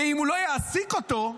ואם הוא לא יעסיק אותו,